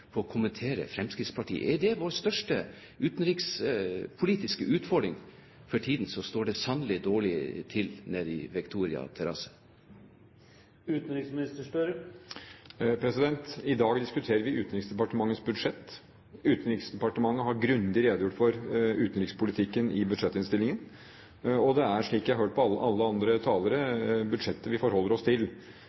på å kommentere Fremskrittspartiet? Er det vår største utenrikspolitiske utfordring for tiden, så står det sannelig dårlig til nede på Victoria Terrasse. I dag diskuterer vi Utenriksdepartementets budsjett. Utenriksdepartementet har grundig redegjort for utenrikspolitikken i budsjettinnstillingen. Det er, slik jeg har hørt på alle andre talere, budsjettet vi forholder oss til.